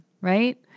Right